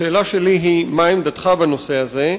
השאלה שלי היא: מה עמדתך בנושא הזה?